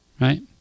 Right